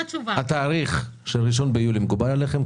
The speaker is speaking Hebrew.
התאריך של 1 ביולי מקובל עליכם?